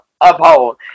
uphold